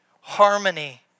harmony